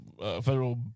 Federal